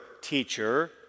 teacher